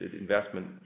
investment